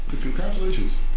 Congratulations